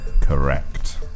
correct